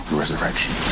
resurrection